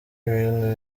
ibintu